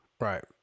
Right